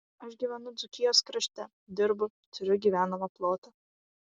aš gyvenu dzūkijos krašte dirbu turiu gyvenamą plotą